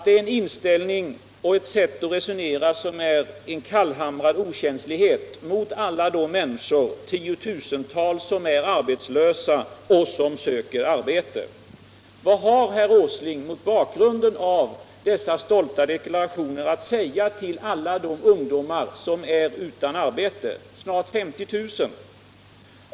Det är en inställning och ett sätt att resonera som vittnar om kallhamrad okänslighet gentemot alla de tiotusentals människor som är arbetslösa och som söker arbete. Vad har herr Åsling mot bakgrund av centerns stolta deklarationer att säga till alla de ungdomar som är utan arbete, snart 50 000?